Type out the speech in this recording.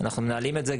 אנחנו מנהלים את זה.